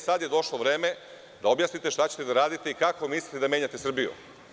Sad je došlo vreme da objasnite šta ćete da radite i kako mislite da menjate Srbiju.